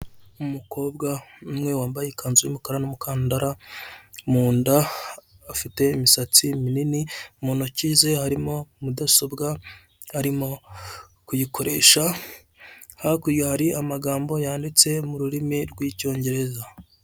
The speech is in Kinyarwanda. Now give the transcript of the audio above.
Umukobwa umwe wambaye ikanzu y'umukara n'umukandara munda, afite imisatsi minini, mu ntoki ze harimo mudasobwa, arimo kuyikoresha, hakurya hari amagambo yanditse mu rurimi rw'icyongereza.